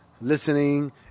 listening